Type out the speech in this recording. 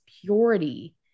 purity